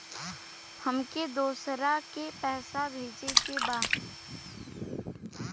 हमके दोसरा के पैसा भेजे के बा?